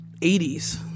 80s